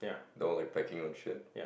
they're all like pecking on shit